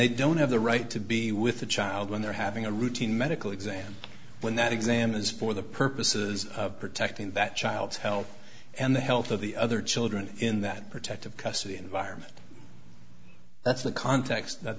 they don't have the right to be with the child when they're having a routine medical exam when that exam is for the purposes of protecting that child's health and the health of the other children in that protective custody environment that's the context that